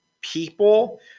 people